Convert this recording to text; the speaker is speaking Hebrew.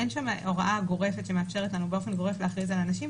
אין שם הוראה גורפת שמאפשרת לנו באופן גורף להכריז על אנשים,